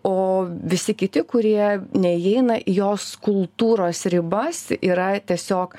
o visi kiti kurie neįeina į jos kultūros ribas yra tiesiog